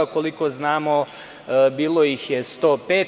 Koliko znamo, bilo ih je 105.